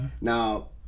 Now